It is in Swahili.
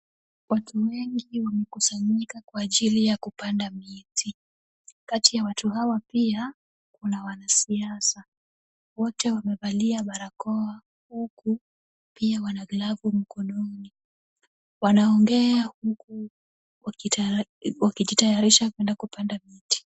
Watu wengi wamekusanyika kwa ajili ya kupanda miti. Kati ya watu hawa pia, kuna wanasiasa. Wote wamevalia barakoa huku pia wana glavu mkononi. Wanaongea huku wakijitayarisha kwenda kupanda miti.